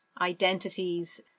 identities